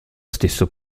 stesso